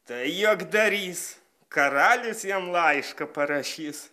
tai juokdarys karalius jam laišką parašys